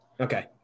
Okay